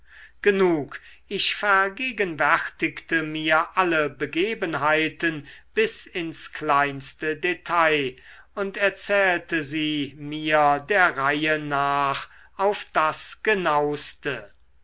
genug ich vergegenwärtigte mir alle begebenheiten bis ins kleinste detail und erzählte sie mir der reihe nach auf das genauste